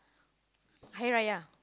Hari-Raya